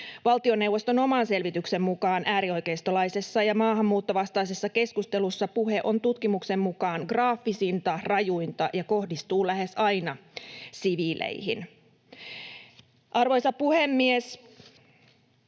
Valtioneuvoston oman selvityksen mukaan äärioikeistolaisessa ja maahanmuuttovastaisessa keskustelussa puhe on tutkimuksen mukaan graafisinta, rajuinta ja kohdistuu lähes aina siviileihin. Arvoisa puhemies!